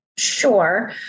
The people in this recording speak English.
Sure